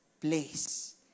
place